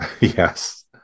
Yes